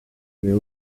crea